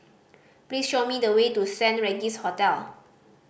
please show me the way to Saint Regis Hotel